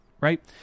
right